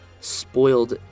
spoiled